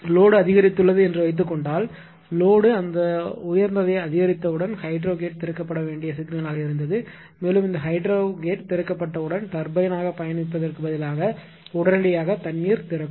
load அதிகரித்துள்ளது என்று வைத்துக் கொண்டால் லோடு அந்த உயர்ந்ததை அதிகரித்தவுடன் ஹைட்ரோ கேட் திறக்கப்பட வேண்டிய சிக்னலாக இருந்தது மேலும் இந்த ஹைட்ரோ கேட் திறக்கப்பட்டவுடன் டர்பைனாகப் பயணிப்பதற்குப் பதிலாக உடனடியாக தண்ணீர் திறக்கும்